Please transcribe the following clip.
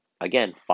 Again